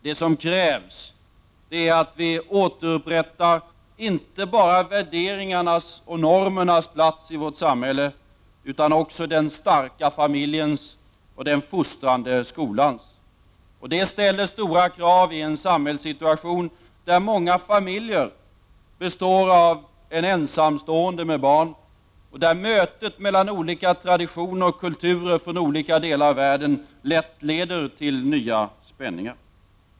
Det krävs att vi återupprättar inte bara värderingarnas och normernas plats i vårt samhälle, utan också den starka familjens och den fostrande skolans. Det ställer stora krav i en samhällssituation där många familjer består av en ensamstående med barn och där mötet mellan olika traditioner och kulturer från olika delar av världen lätt leder till nya spänningar.